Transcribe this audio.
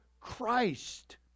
Christ